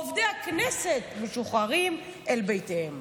עובדי הכנסת משוחררים אל ביתם.